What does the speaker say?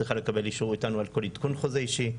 צריכה לקבל אישור מאיתנו על כל עדכון חוזה אישי.